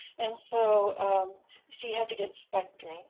and so you so you have to get spectra.